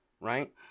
right